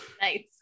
nice